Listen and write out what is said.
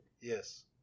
Yes